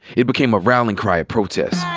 it became a rallying cry at protests. i